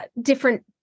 different